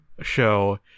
show